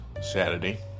Saturday